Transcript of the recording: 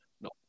no